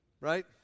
Right